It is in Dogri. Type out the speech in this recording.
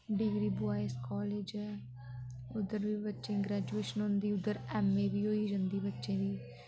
डिग्री बोऐज कालेज ऐ उद्धर बी बच्चे ग्रैजुएशन होंदी उद्धर एम ए बी होई जंदी बच्चें दी